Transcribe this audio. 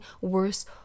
worse